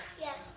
Yes